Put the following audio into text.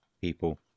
people